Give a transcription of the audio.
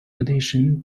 addition